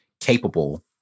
capable